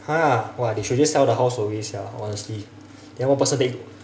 !huh! !wah! they should just sell the house away sia honestly then one person take